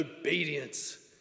obedience